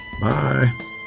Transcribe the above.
Bye